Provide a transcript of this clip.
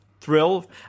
thrill